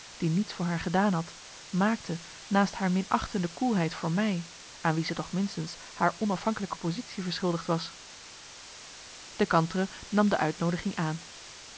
die niets voor haar gedaan had maakte naast haar minachtende koelheid voor mij aan wie ze toch minstens haar onafhankelijke positie verschuldigd was de kantere nam de uitnoodiging aan